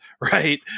right